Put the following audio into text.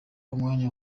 umwanya